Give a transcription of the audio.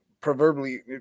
proverbially